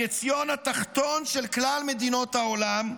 לחציון התחתון של כלל מדינות העולם,